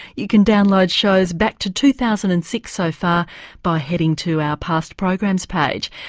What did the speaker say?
you can download shows back to two thousand and six so far by heading to our past programs page.